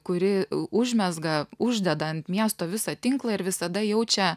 kuri užmezga uždeda ant miesto visą tinklą ir visada jaučia